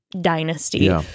dynasty